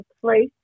place